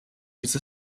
use